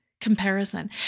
comparison